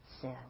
sin